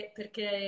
perché